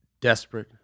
desperate